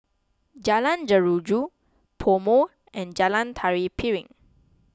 Jalan Jeruju PoMo and Jalan Tari Piring